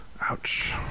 ouch